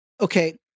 Okay